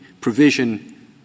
provision